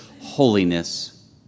holiness